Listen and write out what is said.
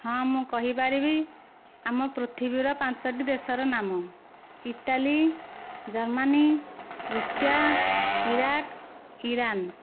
ହଁ ମୁଁ କହିପାରିବି ଆମ ପୃଥିବୀର ପାଞ୍ଚଟି ଦେଶର ନାମ Italy Germany Russia Iraq Iran